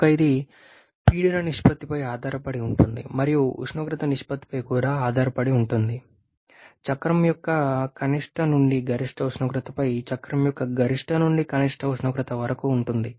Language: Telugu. కనుక ఇది పీడన నిష్పత్తిపై ఆధారపడి ఉంటుంది మరియు ఉష్ణోగ్రత నిష్పత్తిపై కూడా ఆధారపడి ఉంటుంది చక్రం యొక్క కనిష్ట నుండి గరిష్ట ఉష్ణోగ్రతపై చక్రం యొక్క గరిష్ట నుండి కనిష్ట ఉష్ణోగ్రత వరకు ఉంటుంది